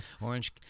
Orange